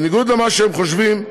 בניגוד למה שהם חושבים,